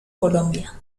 colombia